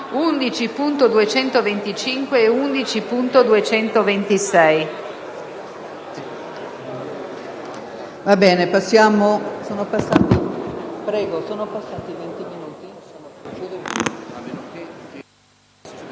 11.225 e 11.226».